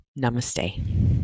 Namaste